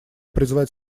призвать